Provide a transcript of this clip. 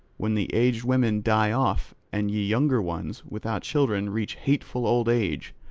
when the aged women die off and ye younger ones, without children, reach hateful old age.